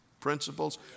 principles